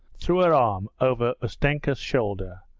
threw her arm over ustenka's shoulder,